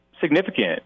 significant